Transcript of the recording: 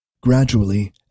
Gradually